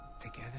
together